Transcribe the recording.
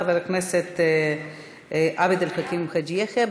חבר הכנסת עבד אל חכים חאג' יחיא,